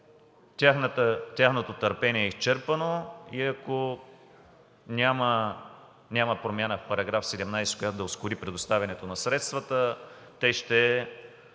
тяхното търпение е изчерпано и ако няма промяна в § 17, която да ускори предоставянето на средствата, те ще